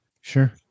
Sure